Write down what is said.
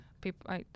People